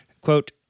quote